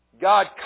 God